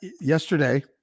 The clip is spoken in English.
yesterday